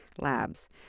labs